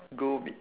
go with